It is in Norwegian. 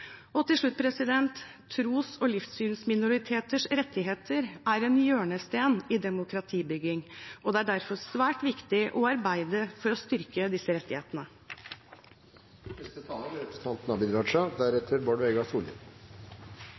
rettigheter. Til slutt: Tros- og livssynsminoriteters rettigheter er en hjørnesten i demokratibygging, og det er derfor svært viktig å arbeide for å styrke disse